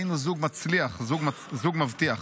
היינו זוג מצליח, זוג מבטיח.